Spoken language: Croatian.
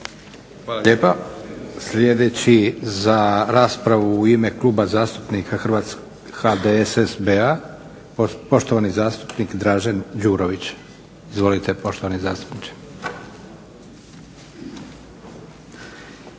Hvala lijepa. Sljedeći za raspravu u ime Kluba zastupnika HDSSB-a, poštovani zastupnik Dražen Đurović. Izvolite poštovani zastupniče.